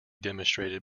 demonstrated